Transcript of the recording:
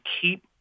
keep